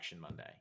monday